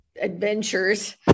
adventures